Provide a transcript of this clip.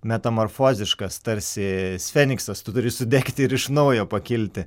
metamorfoziškas tarsi feniksas tu turi sudegti ir iš naujo pakilti